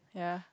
ya